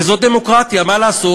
וזאת דמוקרטיה, מה לעשות.